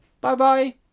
Bye-bye